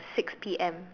six P_M